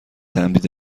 تمدید